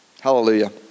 hallelujah